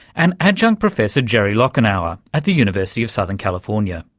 and adjunct professor jerry lockenour at the university of southern california